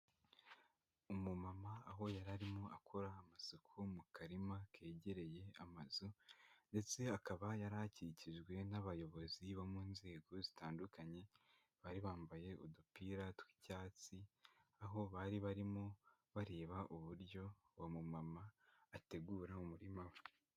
Umumama aho yari arimo akora amasuku mu karima kegereye amazu ndetse akaba yari akikijwe n'abayobozi bo mu nzego zitandukanye, bari bambaye udupira tw'icyatsi, aho bari barimo bareba uburyo uwo mumama ategura umurima we.